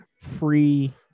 free